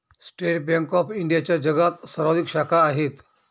state bank of इंडियाच्या जगात सर्वाधिक शाखा आहेत